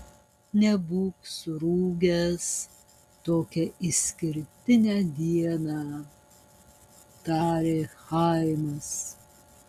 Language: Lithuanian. nebūk surūgęs tokią išskirtinę dieną tarė chaimas